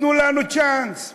תנו לנו צ'אנס.